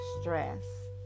stress